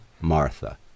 Martha